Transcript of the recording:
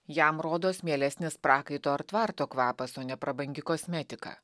jam rodos mielesnis prakaito ar tvarto kvapas o ne prabangi kosmetika